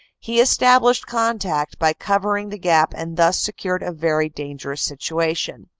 he established contact by cover ing the gap and thus secured a very dangerous situation.